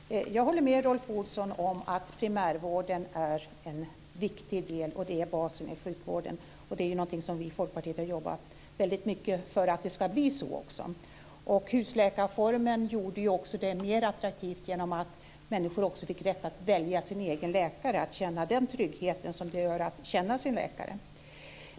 Herr talman! Jag håller med Rolf Olsson om att primärvården är en viktig del av och utgör basen i sjukvården. Vi i Folkpartiet har jobbat väldigt mycket för att det ska bli så också. Husläkarreformen gjorde ju också detta mer attraktivt genom att människor också fick rätt att välja sin egen läkare och därmed känna den trygghet som det är att känna sin läkare.